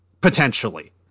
Potentially